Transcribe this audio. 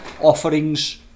offerings